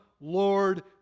Lord